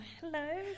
hello